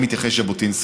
שאליהם התייחס ז'בוטינסקי,